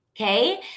okay